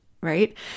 right